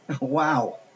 Wow